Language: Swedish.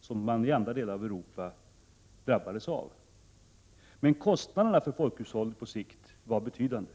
som man i andra delar av Europa drabbades av. Men kostnaderna på sikt för folkhushållet var betydande.